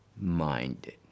minded